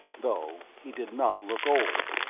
though he did not look old.